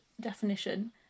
definition